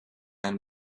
and